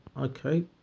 Okay